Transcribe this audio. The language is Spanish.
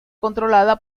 controlada